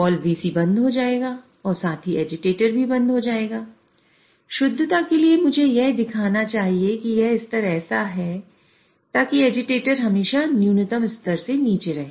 valve VC बंद हो जाएगा और साथ ही एजिटेटर हमेशा न्यूनतम स्तर से नीचे रहे